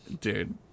dude